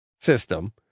system